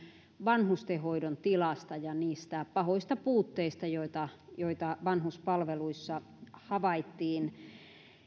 vanhustenhoidon tilasta ja niistä pahoista puutteista joita joita vanhuspalveluissa havaittiin